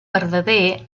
verdader